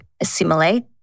assimilate